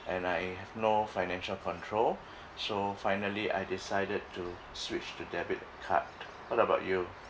and I have no financial control so finally I decided to switch to debit card what about you